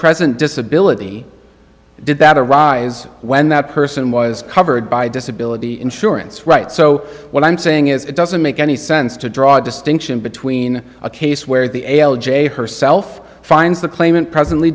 present disability did that arise when that person was covered by disability insurance right so what i'm saying is it doesn't make any sense to draw distinction between a case where the a l j herself finds the claimant presently